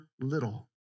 little